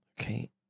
Okay